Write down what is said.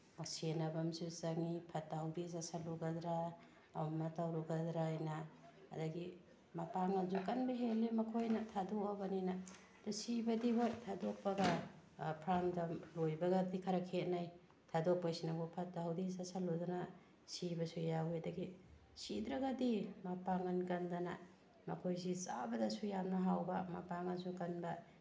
ꯁꯦꯟꯅꯕ ꯑꯃꯁꯨ ꯆꯪꯉꯤ ꯐꯠꯇ ꯍꯥꯎꯗꯤ ꯆꯥꯁꯤꯜꯂꯨꯒꯗ꯭ꯔꯥ ꯑꯃ ꯑꯃ ꯇꯧꯔꯨꯒꯗ꯭ꯔꯥ ꯍꯥꯏꯅ ꯑꯗꯒꯤ ꯃꯄꯥꯡꯒꯜꯁꯨ ꯀꯟꯕ ꯍꯦꯜꯂꯤ ꯃꯈꯣꯏꯅ ꯊꯥꯗꯣꯛꯑꯕꯅꯤꯅ ꯑꯗꯣ ꯁꯤꯕꯗꯤ ꯍꯣꯏ ꯊꯥꯗꯣꯛꯄꯒ ꯐꯥꯝꯗ ꯂꯣꯏꯕꯒꯗꯤ ꯈꯔ ꯈꯦꯠꯅꯩ ꯊꯥꯗꯣꯛꯄꯁꯤꯅꯕꯨ ꯐꯠꯇ ꯍꯥꯎꯗꯤ ꯆꯥꯁꯤꯜꯂꯨꯗꯅ ꯁꯤꯕꯁꯨ ꯌꯥꯎꯋꯤ ꯑꯗꯒꯤ ꯁꯤꯗ꯭ꯔꯒꯗꯤ ꯃꯄꯥꯡꯒꯟ ꯀꯟꯗꯅ ꯃꯈꯣꯏꯁꯤ ꯆꯥꯕꯗꯁꯨ ꯌꯥꯝꯅ ꯍꯥꯎꯕ ꯃꯄꯥꯡꯒꯟꯁꯨ ꯀꯟꯕ